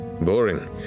boring